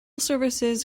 services